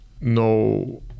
no